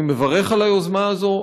אני מברך על היוזמה הזאת,